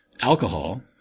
alcohol